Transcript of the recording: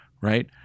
right